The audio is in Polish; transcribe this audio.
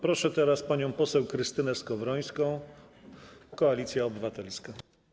Proszę teraz panią poseł Krystynę Skowrońską, Koalicja Obywatelska.